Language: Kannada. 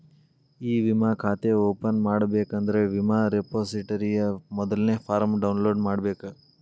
ಇ ವಿಮಾ ಖಾತೆ ಓಪನ್ ಮಾಡಬೇಕಂದ್ರ ವಿಮಾ ರೆಪೊಸಿಟರಿಯ ಮೊದಲ್ನೇ ಫಾರ್ಮ್ನ ಡೌನ್ಲೋಡ್ ಮಾಡ್ಬೇಕ